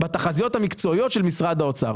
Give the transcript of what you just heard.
בתחזיות המקצועיות של משרד האוצר,